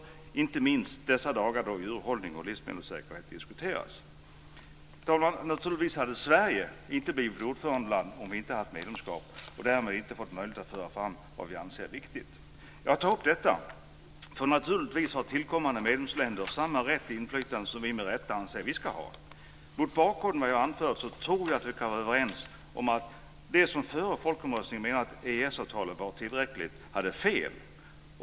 Det är inte minst viktigt dessa dagar då djurhållning och livsmedelssäkerhet diskuteras. Fru talman! Naturligtvis hade Sverige inte blivit ordförandeland om vi inte haft medlemskap, och vi hade därmed inte fått möjlighet att föra fram det vi anser viktigt. Jag tar upp detta därför att tillkommande medlemsländer naturligtvis har samma rätt till inflytande som vi med rätta anser att vi ska ha. Mot bakgrund av vad jag anfört tror jag att vi kan vara överens om att de som före folkomröstningen menade att EES-avtalet var tillräckligt hade fel.